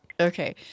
Okay